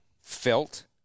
Felt